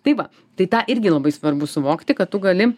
tai va tai tą irgi labai svarbu suvokti kad tu gali